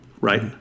right